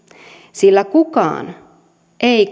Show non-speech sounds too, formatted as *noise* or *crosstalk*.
sillä kukaan ei *unintelligible*